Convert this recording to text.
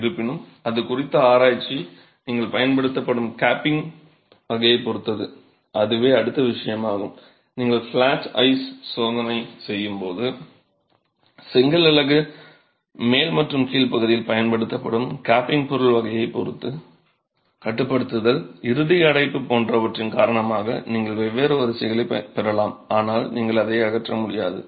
இருப்பினும் இது குறித்த ஆராய்ச்சி நீங்கள் பயன்படுத்தும் கேப்பிங் வகையைப் பொறுத்து அதுவே அடுத்த விஷயமாகும் நீங்கள் ஃப்ளாட் ஐஸ் சோதனை செய்யும் போது செங்கல் அலகு மேல் மற்றும் கீழ் பகுதியில் பயன்படுத்தப்படும் கேப்பிங் பொருள் வகையைப் பொறுத்து கட்டுப்படுத்துதல் இறுதி அடைப்பு போன்றவற்றின் காரணமாக நீங்கள் வெவ்வேறு வரிசைகளை பெறலாம் ஆனால் நீங்கள் அதை அகற்ற முடியாது